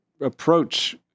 approach